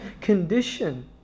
condition